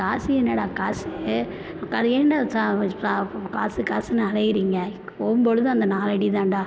காசு என்னடா காசு ஒக்காளி ஏன்டா சா கா காசு காசுன்னு அலையிறீங்க போகும் பொழுது அந்த நாலு அடி தான்டா